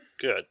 good